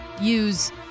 use